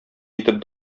итеп